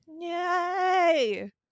Yay